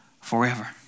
forever